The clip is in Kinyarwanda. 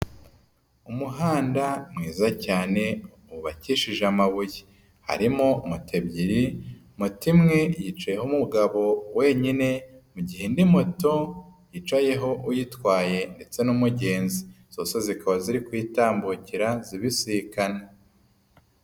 Umuhanda mwiza cyane wubakishe amabuye, harimo moto ebyiri, moto imwe yicayeho umugabo wenyine, mu gihe indi moto yicayeho uyitwaye ndetse n'umugenzi, zose zikaba ziri kwitambukira zibisikana.